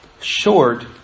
short